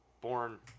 born